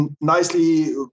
nicely